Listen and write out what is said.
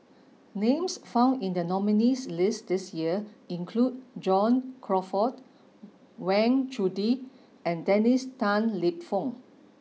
names found in the nominees' list this year include John Crawfurd Wang Chunde and Dennis Tan Lip Fong